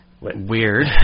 weird